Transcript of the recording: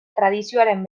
tradizioaren